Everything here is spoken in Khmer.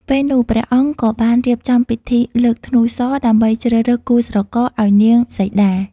ពេលនោះ ព្រះអង្គក៏បានរៀបចំពិធីលើក ធ្នូស ដើម្បីជ្រើសរើសគូស្រករឱ្យនាងសីតា។